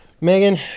Megan